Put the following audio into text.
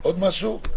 עוד משהו?